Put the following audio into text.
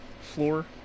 floor